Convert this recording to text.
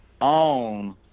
own